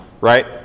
right